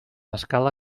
escala